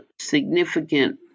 significant